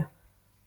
אוטומטיזציה